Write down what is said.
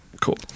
Cool